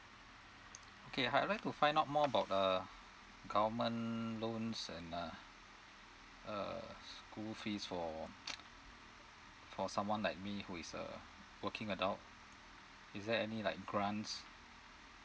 okay I'd like to find out more about uh government loans and uh uh school fees for for someone like me who is a working adult is there any like grants